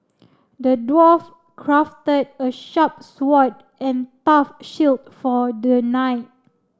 the dwarf crafted a sharp sword and tough shield for the knight